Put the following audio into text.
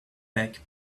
back